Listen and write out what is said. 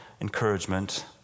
encouragement